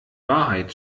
wahrheit